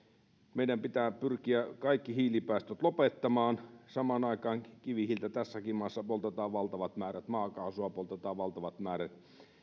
meidän pitää pyrkiä kaikki hiilipäästöt lopettamaan samaan aikaan kivihiiltä tässäkin maassa poltetaan valtavat määrät maakaasua poltetaan valtavat määrät